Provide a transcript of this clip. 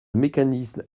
mécanisme